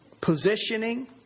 positioning